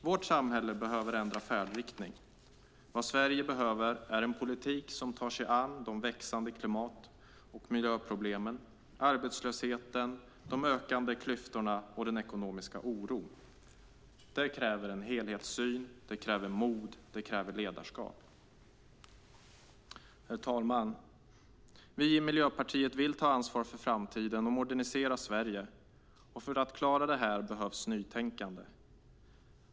Vårt samhälle behöver ändra färdriktning. Vad Sverige behöver är en politik som tar sig an de växande klimat och miljöproblemen, arbetslösheten, de ökande klyftorna och den ekonomiska oron. Det kräver helhetssyn. Det kräver mod och ledarskap. Herr talman! Vi i Miljöpartiet vill ta ansvar för framtiden och modernisera Sverige. För att klara detta behövs nytänkande.